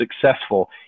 successful